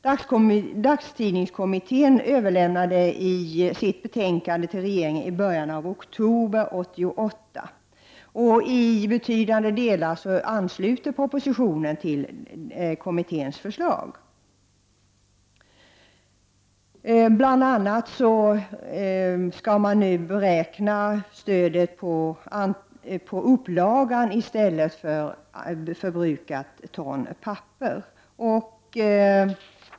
Dagstidningskommittén överlämnade sitt betänkande till regeringen i början av oktober 1988. I betydande delar ansluter propositionen till kommitténs förslag. Bl.a. skall man nu beräkna stödet på upplagan i stället för på förbrukade ton papper.